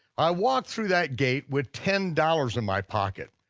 i walked through that gate with ten dollars in my pocket.